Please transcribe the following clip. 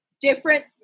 different